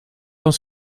van